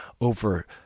over